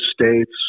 states